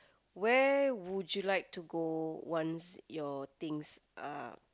where would you like to go once your things uh